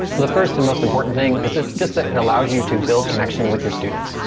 the first and most important thing is it just that it allows you to build connection with your students.